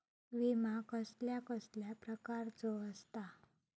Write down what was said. विमा कसल्या कसल्या प्रकारचो असता?